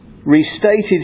restated